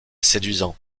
séduisant